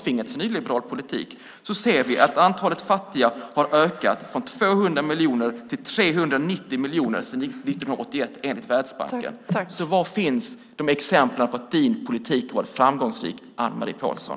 Vi kan se att antalet fattiga enligt Världsbanken har ökat från 200 miljoner till 390 miljoner sedan 1981. Var finns exemplen på att din politik har varit framgångsrik, Anne-Marie Pålsson?